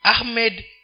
Ahmed